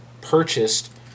purchased